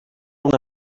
una